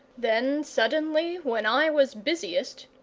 then suddenly, when i was busiest,